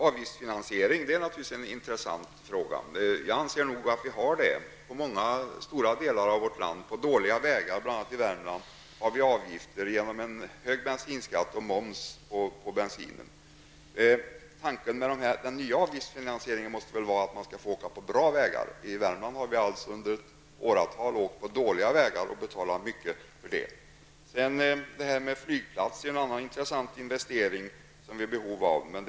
Avgiftsfinansieringen är givetvis en intressant fråga. Jag anser att vi har en sådan i stora delar av vårt land. När det gäller dåliga vägar, bl.a. i Värmland, har vi avgifter genom hög bensinskatt och moms på bensinen. Avsikten med den nya avgiftsfinansieringen måste väl vara den att man skall få åka på bra vägar. I Värmland har vi i åratal åkt på dåliga vägar och betalat mycket för detta. Beträffande flygplatser rör det sig om en annan nödvändig och intressant investering.